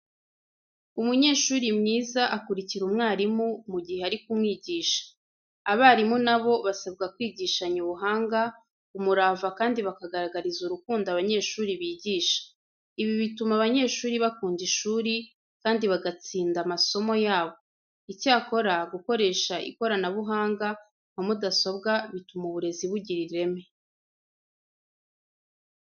Umunyeshuri mwiza akurikira mwarimu mu gihe ari kumwigisha. Abarimu na bo basabwa kwigishanya ubuhanga, umurava kandi bakagaragariza urukundo abanyeshuri bigisha. Ibi bituma abanyeshuri bakunda ishuri, kandi bagatsinda amasomo yabo. Icyakora, gukoresha ikoranabunga nka mudasobwa bituma uburezi bugira ireme.